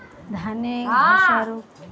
ধানে ধসা রোগ কেন হয়?